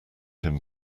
him